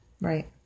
right